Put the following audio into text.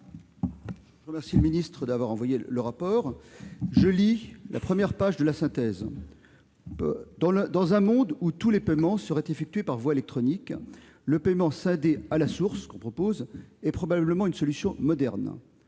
Je remercie le ministre d'avoir envoyé le rapport. Je lis la première page de la synthèse :« Dans un monde où tous les paiements seraient effectués par voie électronique, le paiement scindé " à la source " est probablement une solution moderne.